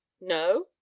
no